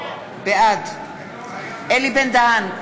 בעד אלי בן-דהן,